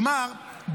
כלומר,